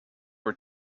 were